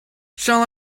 shall